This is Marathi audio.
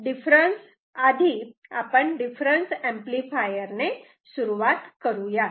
तर आता आपण डिफरन्स एम्पलीफायर ने सुरुवात करूयात